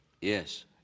yes